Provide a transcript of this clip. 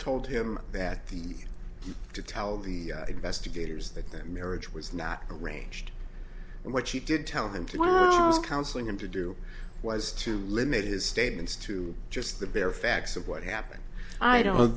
told him that the to tell the investigators that their marriage was not arranged and what she did tell them to counseling him to do was to limit his statements to just the bare facts of what happened i